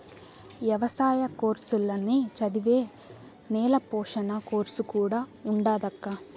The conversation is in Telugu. ఎవసాయ కోర్సుల్ల నే చదివే నేల పోషణ కోర్సు కూడా ఉండాదక్కా